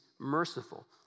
merciful